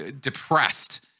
depressed